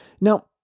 Now